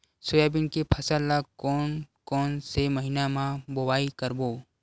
Soybean के फसल ल कोन कौन से महीना म बोआई करबो?